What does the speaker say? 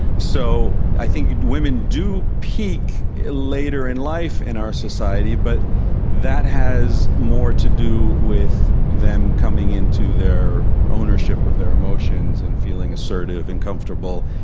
so i think women do peak later in life in our society, but that has more to do with them coming into their ownership of their emotions and feeling assertive and comfortable,